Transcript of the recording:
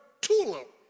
TULIP